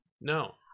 no